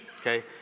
Okay